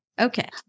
Okay